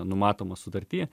numatoma sutarty